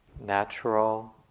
natural